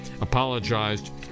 apologized